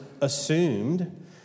assumed